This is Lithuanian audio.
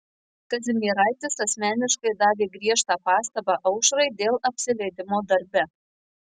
kazimieraitis asmeniškai davė griežtą pastabą aušrai dėl apsileidimo darbe